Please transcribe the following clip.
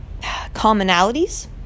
commonalities